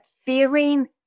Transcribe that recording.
feeling